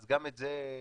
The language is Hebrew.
אז גם את זה הממשלה,